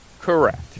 Correct